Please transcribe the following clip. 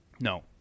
no